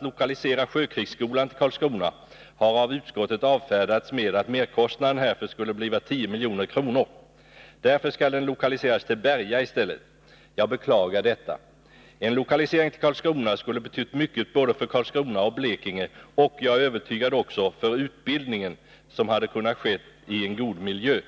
lokalisera sjökrigshögskolan till Karlskrona har av utskottet avfärdats med att merkostnaden härför skulle bli 10 milj.kr. Därför skallden lokaliseras till Berga i stället. Jag beklagar detta. En lokalisering till Karlskrona skulle nämligen ha betytt mycket för både Karlskrona och Blekinge och — det är jag övertygad om — också för utbildningen, som säkert hade kunnat ske i en god miljö.